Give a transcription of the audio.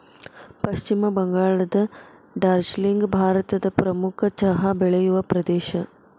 ಪಶ್ಚಿಮ ಬಂಗಾಳದ ಡಾರ್ಜಿಲಿಂಗ್ ಭಾರತದ ಪ್ರಮುಖ ಚಹಾ ಬೆಳೆಯುವ ಪ್ರದೇಶ